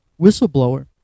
whistleblower